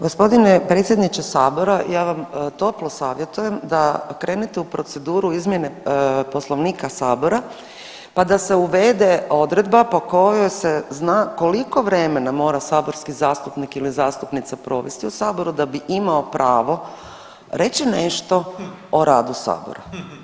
Gospodine predsjedniče Sabora ja vam toplo savjetujem da krenete u proceduru izmjene Poslovnika Sabora pa da se uvede odredba po kojoj se zna koliko vremena mora saborski zastupnik ili zastupnica provesti u Saboru da bi imao pravo reći nešto o radu Sabora.